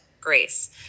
grace